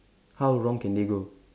how wrong can they go